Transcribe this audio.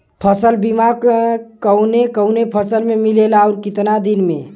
फ़सल बीमा कवने कवने फसल में मिलेला अउर कितना दिन में?